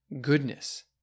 goodness